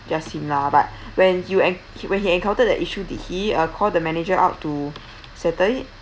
just him lah but when you en~ when he encountered the issue did he uh call the manager out to settle it